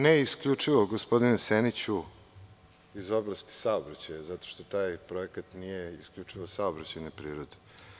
Ne isključivo gospodine Seniću iz oblasti saobraćaja, zato što taj projekat nije isključivo saobraćajne prirode.